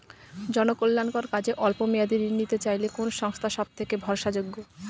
জনকল্যাণকর কাজে অল্প মেয়াদী ঋণ নিতে চাইলে কোন সংস্থা সবথেকে ভরসাযোগ্য?